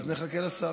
אז נחכה לשר.